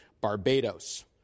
Barbados